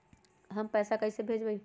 हम पैसा कईसे भेजबई?